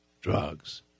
drugs